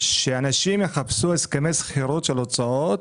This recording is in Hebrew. היא שאנשים יחפשו הסכמי שכירות של הוצאות,